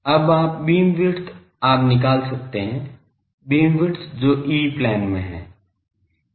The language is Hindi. अब आप बीमविड्थ आप निकाल सकते है बीमविड्थ जो ई प्लेन है